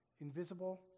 invisible